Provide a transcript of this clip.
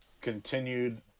continued